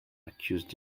accused